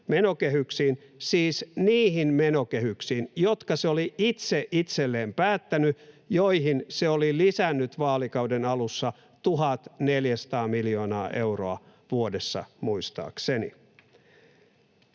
siis niihin menokehyksiin, jotka se oli itse itselleen päättänyt ja joihin se oli lisännyt vaalikauden alussa 1 400 miljoonaa euroa vuodessa muistaakseni.